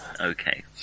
Okay